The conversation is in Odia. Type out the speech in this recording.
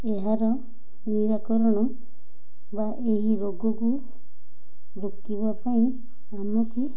ଏହାର ନିରାକରଣ ବା ଏହି ରୋଗକୁ ରୋକିବା ପାଇଁ ଆମକୁ